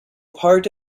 part